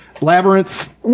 Labyrinth